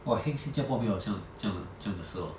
!wah! heng 新加坡没有好像这样这样的事 hor